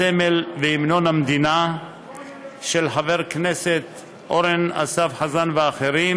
הסמל והמנון המדינה של חבר כנסת אורן אסף חזן ואחרים,